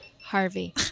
Harvey